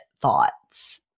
thoughts